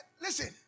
Listen